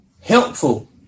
helpful